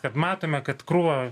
kad matome kad krūva